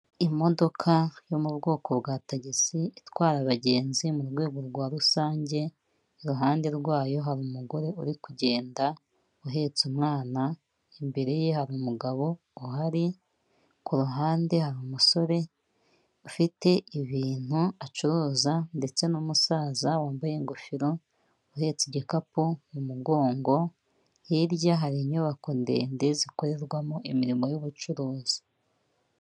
Imodoka yo mu bwoko bwa tagisi itwara abagenzi mu rwego rwa rusange. Iruhande rwayo hari umugore uri kugenda uhetse umwana. Imbere ye hari umugabo uhari. Ku ruhande hari umusore ufite ibintu acuruza, ndetse n'umusaza wambaye ingofero uhetse igikapu mu mugongo. Hirya hari inyubako ndende zikorerwamo imirimo y'ubucuruzi.